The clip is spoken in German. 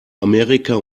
amerika